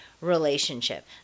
relationship